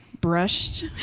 brushed